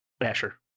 Asher